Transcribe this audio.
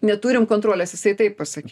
neturim kontrolės jisai taip pasak